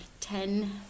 ten